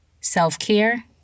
self-care